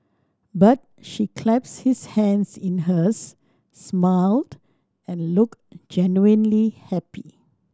but she clasped his hands in hers smiled and looked genuinely happy